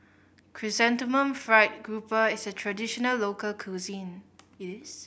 Chrysanthemum Fried Grouper is a traditional local cuisine